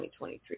2023